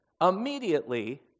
Immediately